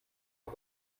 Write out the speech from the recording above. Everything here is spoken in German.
auf